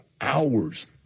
hours